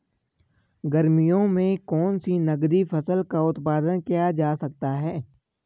गर्मियों में कौन सी नगदी फसल का उत्पादन किया जा सकता है?